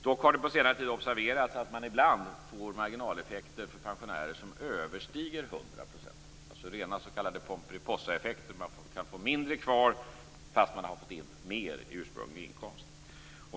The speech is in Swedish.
Dock har det på senare tid observerats att man ibland får marginaleffekter för pensionärer som överstiger 100 %. Det är alltså rena s.k. Pomperipossaeffekter. Man kan få mindre kvar fast man har fått in mer i ursprunglig inkomst.